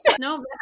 no